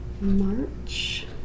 March